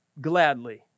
gladly